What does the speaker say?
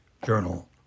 Journal